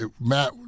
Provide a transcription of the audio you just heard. Matt